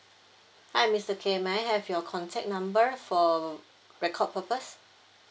hi mister kelvin may I have your contact number for record purposes